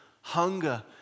hunger